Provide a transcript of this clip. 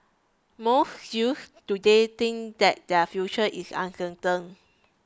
most youths today think that their future is uncertain